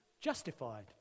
justified